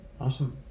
Awesome